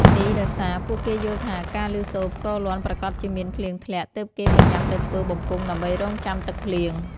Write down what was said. នេះដោយសារ ពួកគេយល់ថាការឮសូរផ្គរលាន់ប្រាកដជាមានភ្លៀងធ្លាក់ទើបគេប្រញាប់ទៅធ្វើបំពង់ដើម្បីរង់ចាំទឹកភ្លៀង។